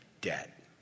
debt